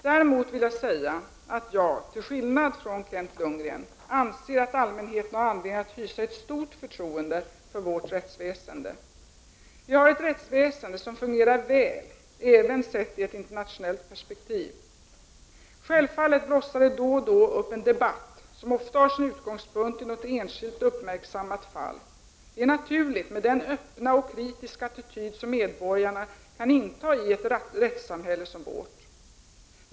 Däremot vill jag säga att jag — till skillnad från Kent Lundgren — anser att allmänheten har anledning att hysa ett stort förtroende för vårt rättsväsende. Vi har ett rättsväsende som fungenrar väl, även sett i ett internationellt perspektiv. Självfallet blossar det då och då upp en debatt, som ofta har sin utgångspunkt i något enskilt uppmärksammat fall. Det är naturligt med den öppna och kritiska attityd som medborgarna kan inta i ett rättssamhälle som vårt.